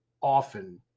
often